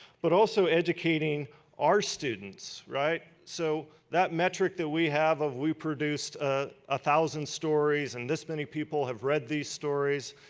but also educating our students, right. so that metric that we have of we produced a ah thousand stories and this many people have read these stories,